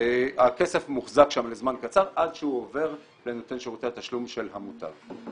הכסף מוחזק שם לזמן קצר עד שהוא עובר לנותן שירותי התשלום של המוטב.